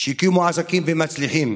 שהקימו עסקים ומצליחים,